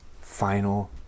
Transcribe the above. final